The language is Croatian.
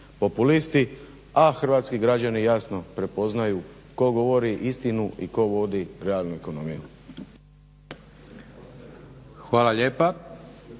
populisti, a hrvatski građani jasno prepoznaju tko govori istinu i tko vodi realnu ekonomiju. **Leko,